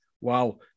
wow